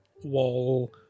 wall